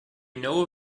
know